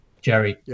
Jerry